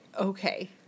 Okay